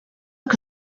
que